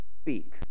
speak